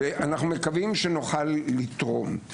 אנו מקווים שנוכל לתרום.